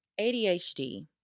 ADHD